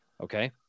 okay